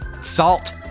Salt